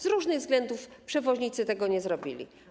Z różnych względów przewoźnicy tego nie zrobili.